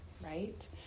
right